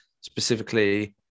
specifically